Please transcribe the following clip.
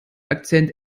akzent